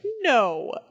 No